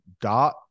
dot